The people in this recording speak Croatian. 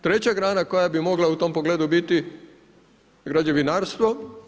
Treća grana koja bi mogla u tom pogledu biti, građevinarstvo.